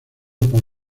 por